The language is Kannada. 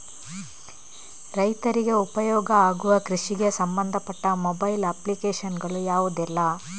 ರೈತರಿಗೆ ಉಪಯೋಗ ಆಗುವ ಕೃಷಿಗೆ ಸಂಬಂಧಪಟ್ಟ ಮೊಬೈಲ್ ಅಪ್ಲಿಕೇಶನ್ ಗಳು ಯಾವುದೆಲ್ಲ?